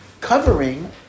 Covering